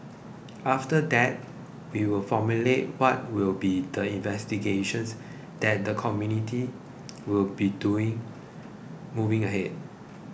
after that we will formulate what will be the investigations that the committee will be doing moving